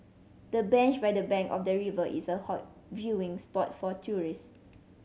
the bench by the bank of the river is a hot viewing spot for tourist